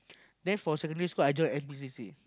then for secondary school I join N_P_C_C